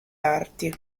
arti